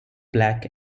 black